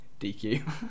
DQ